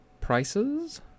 prices